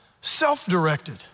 self-directed